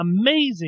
amazing